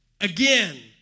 again